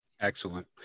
Excellent